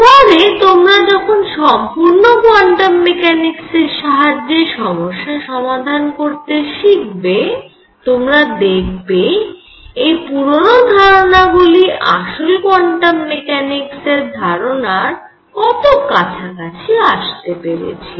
পরে তোমরা যখন সম্পূর্ণ কোয়ান্টাম মেকানিক্সের সাহায্যে সমস্যা সমাধান করতে শিখবে তোমরা দেখবে এই পুরনো ধারনাগুলি আসল কোয়ান্টাম মেকানিক্সের ধারণার কত কাছাকাছি আসতে পেরেছিল